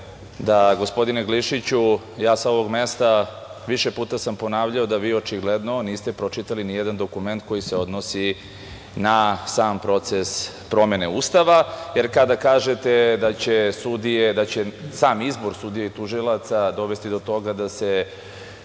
ja, gospodine Glišiću, sa ovog mesta više puta ponavljao da vi očigledno niste pročitali ni jedan dokument koji se odnosi na sam proces promene Ustava. Kada kažete da će sudije, da će sam izbor sudija i tužilaca dovesti do toga da se